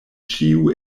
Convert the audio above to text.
ĉiu